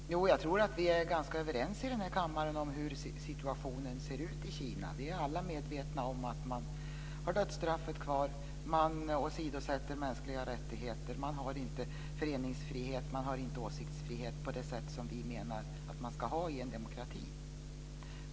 Fru talman! Jag tror att vi är ganska överens i denna kammare om hur situationen ser ut i Kina. Vi är alla medvetna om att man har dödsstraffet kvar. Man åsidosätter mänskliga rättigheter. Man har inte föreningsfrihet. Man har inte åsiktsfrihet på det sätt som vi menar att man ska ha i en demokrati.